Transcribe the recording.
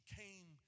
came